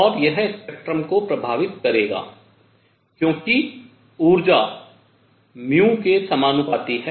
और यह स्पेक्ट्रम को प्रभावित करेगा क्योंकि ऊर्जा µ म्यू के समानुपाती है